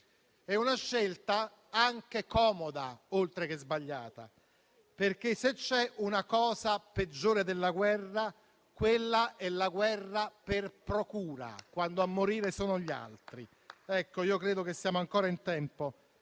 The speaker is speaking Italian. una scelta anche comoda, oltre che sbagliata, perché, se c'è una cosa peggiore della guerra, quella è la guerra per procura, quando a morire sono gli altri. Io credo che siamo ancora in tempo